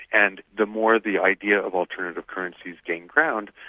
and the more the idea of alternative currencies gain ground,